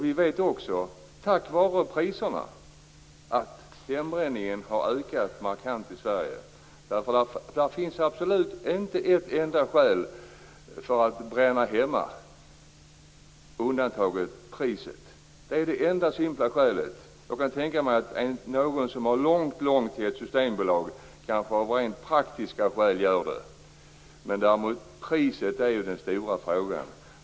Vi vet också att hembränningen har ökat markant i Sverige på grund av priset. Det finns absolut inte ett enda skäl för att bränna hemma med undantag för priset - priset är det enda simpla skälet. Jag kan tänka mig att någon som har långt till ett systembolag kanske av rent praktiska skäl bränner hemma, men priset är ändå den stora frågan.